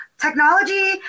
technology